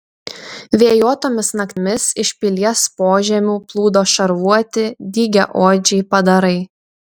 vėjuotomis naktimis iš pilies požemių plūdo šarvuoti dygiaodžiai padarai